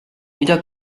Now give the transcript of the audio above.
mida